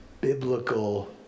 biblical